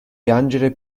piangere